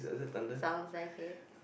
sounds like it